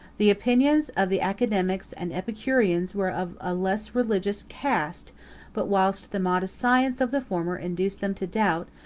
the opinions of the academics and epicureans were of a less religious cast but whilst the modest science of the former induced them to doubt,